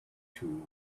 tool